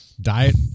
diet